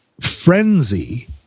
frenzy